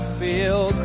feel